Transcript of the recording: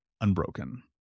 unbroken